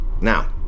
Now